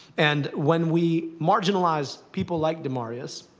and when we marginalize people like demaryius,